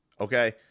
Okay